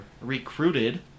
recruited